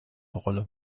rolle